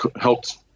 helped